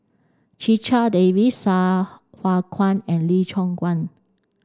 Checha Davies Sai Hua Kuan and Lee Choon Guan